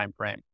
timeframe